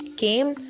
came